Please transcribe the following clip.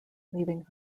leaving